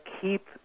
keep